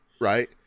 right